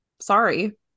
sorry